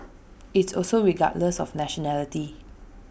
it's also regardless of nationality